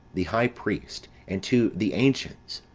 the high priest, and to the ancients,